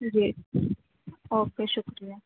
جی okay شکریہ